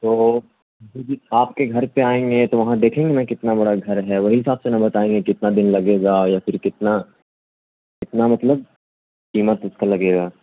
تو ہھر بھی آپ کے گھر پہ آئیں گے تو وہاں دیکھیں گے نا کتنا بڑا گھر ہے وہی حساب سے نا بتائیں گے کتنا دن لگے گا یا پھر کتنا کتنا مطلب قیمت اس کا لگے گا